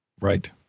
Right